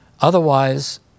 Otherwise